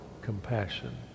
compassion